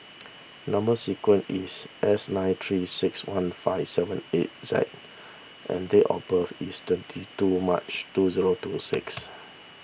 Number Sequence is S nine three six one five seven eight Z and date of birth is twenty two March two zero two six